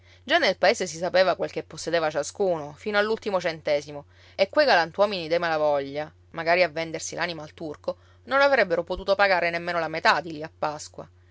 già nel paese si sapeva quel che possedeva ciascuno fino all'ultimo centesimo e quei galantuomini dei malavoglia magari a vendersi l'anima al turco non avrebbero potuto pagare nemmeno la metà di lì a pasqua